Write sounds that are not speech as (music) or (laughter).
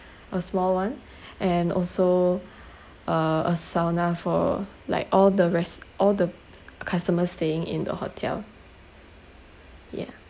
a small one (breath) and also uh a sauna for like all the res~ all the customers staying in the hotel yeah